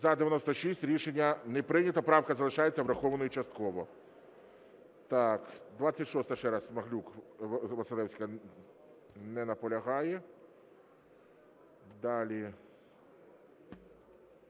За-96 Рішення не прийнято. Правка залишається врахованою частково. 26-а ще раз, Смаглюк-Василевська. Не наполягає. Далі.